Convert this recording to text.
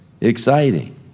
Exciting